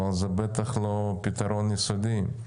אבל זה בטח לא פתרון יסודי,